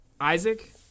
Isaac